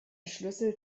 schlüssel